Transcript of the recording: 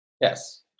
Yes